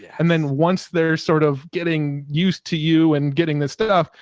and then once they're sort of getting used to you and getting this stuff,